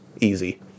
easy